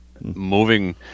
moving